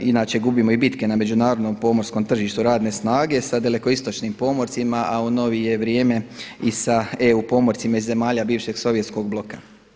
Inače gubimo i bitke na međunarodnom pomorskom tržištu radne snage sa dalekoistočnim pomorcima, a u novije vrijeme i sa EU pomorcima iz zemalja bivšeg Sovjetskog bloka.